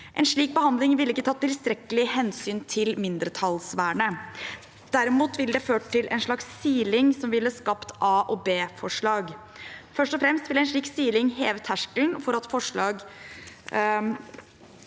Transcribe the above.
En slik behandling ville ikke tatt tilstrekkelig hensyn til mindretallsvernet. Det ville derimot ført til en slags siling som ville skapt A-forslag og B-forslag. Først og fremst ville en slik siling hevet terskelen for at forslag